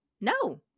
no